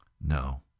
No